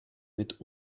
mit